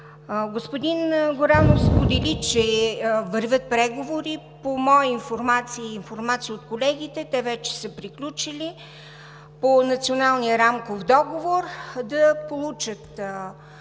Господин Горанов сподели, че вървят преговори. По моя информация и информация от колегите те вече са приключили по националния рамков договор – лечебните